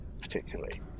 particularly